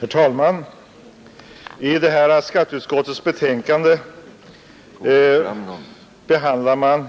Herr talman! I skatteutskottets betänkande nr 54 behandlas